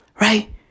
right